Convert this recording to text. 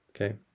okay